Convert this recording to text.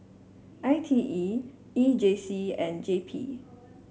I T E E J C and J P